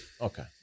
Okay